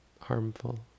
harmful